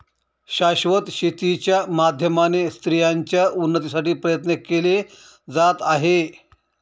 शाश्वत शेती च्या माध्यमाने स्त्रियांच्या उन्नतीसाठी प्रयत्न केले जात आहे